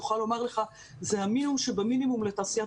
היא תוכל לומר לך שזה המינימום שבמינימום לתעשיית